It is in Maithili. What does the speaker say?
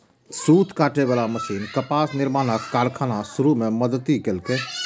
सूत काटे बला मशीन कपास निर्माणक कारखाना शुरू मे मदति केलकै